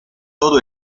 todo